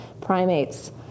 primates